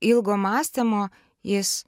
ilgo mąstymo jis